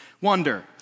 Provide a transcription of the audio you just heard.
wonder